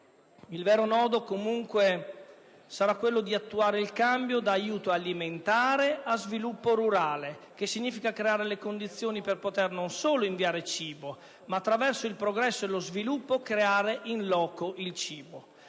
Il vero nodo, comunque, sarà attuare il cambio da aiuto alimentare a sviluppo rurale, che significa creare le condizioni per poter non solo inviare cibo, ma attraverso il progresso e lo sviluppo creare *in loco* il cibo.